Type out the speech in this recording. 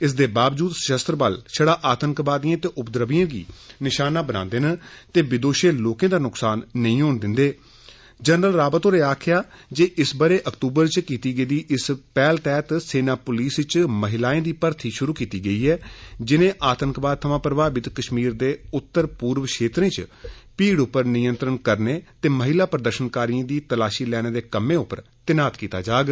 इसदे बावजूद सशस्त्र बल छड़ा आतंकवादियें ते उपद्रवियें गी निशाना बनादे न र्ते वेदोशे लोकें दा नुक्सान नेईं होन दिन्दें जे इस ब'रे अक्तूबर च कीती गेदी इक पैह्ल तैह्त सेना पुलिस च महिलाए दी मर्थी शुरू कीती गेई ऐ जिनें आतंकवाद थमां प्रमावित कश्मीर ते उत्तर पूर्व क्षेत्रे च भीड़ उप्पर नियंत्रण करने ते महिला प्रदर्शनकारियें दी तलाशी लैने दे कम्में उप्पर तैनात कीता जाह्ग